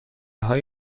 های